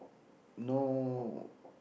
no